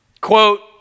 Quote